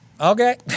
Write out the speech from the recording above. okay